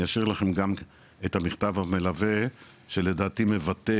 אני אשאיר לכם גם את המכתב המלווה שלדעתי מלווה